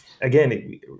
Again